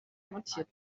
montiert